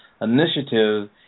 initiative